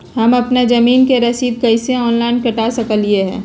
हम अपना जमीन के रसीद कईसे ऑनलाइन कटा सकिले?